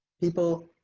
people,